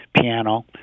piano